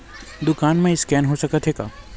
दुकान मा स्कैन हो सकत हे का?